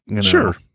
Sure